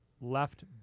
left